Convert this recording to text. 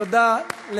תודה.